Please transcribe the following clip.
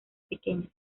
pequeñas